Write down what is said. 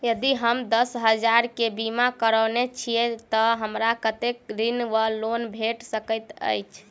यदि हम दस हजार केँ बीमा करौने छीयै तऽ हमरा कत्तेक ऋण वा लोन भेट सकैत अछि?